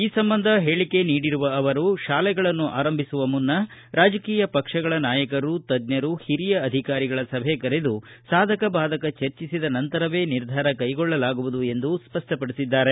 ಈ ಸಂಬಂಧ ಹೇಳಿಕೆ ನೀಡಿರುವ ಅವರು ತಾಲೆಗಳನ್ನು ಆರಂಭಿಸುವ ಮುನ್ನ ರಾಜಕೀಯ ಪಕ್ಷಗಳ ನಾಯಕರು ತಜ್ಜರು ಹಿರಿಯ ಅಧಿಕಾರಿಗಳ ಸಭೆ ಕರೆದು ಸಾದಕ ಬಾದಕ ಚರ್ಚಿಸಿದ ನಂತರವೇ ನಿರ್ಧಾರ ಕೈಗೊಳ್ಳಲಾಗುವುದು ಎಂದು ಸ್ಪಷ್ಟಪಡಿಸಿದ್ದಾರೆ